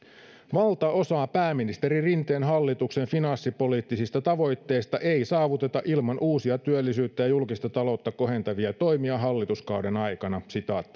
valtaosaa pääministeri rinteen hallituksen finanssipoliittisista tavoitteista ei saavuteta ilman uusia työllisyyttä ja julkista taloutta kohentavia toimia hallituskauden aikana